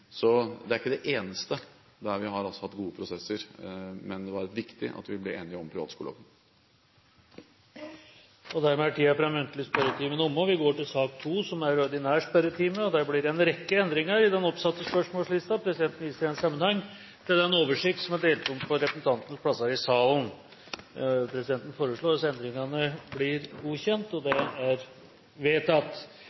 Så dette er ikke den eneste saken der vi har hatt gode prosesser, men det var viktig at vi ble enige om privatskoleloven. Dermed er den muntlige spørretimen omme, og vi går over til sak nr. 2. Det blir en lang rekke endringer i den oppsatte spørsmålslisten. Presidenten viser i den sammenheng til den oversikt som er delt ut på representantenes plasser i salen. De foreslåtte endringene foreslås godkjent. – Det